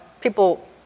People